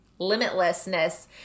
limitlessness